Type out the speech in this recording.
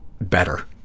better